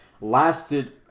lasted